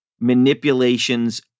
manipulations